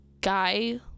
Guy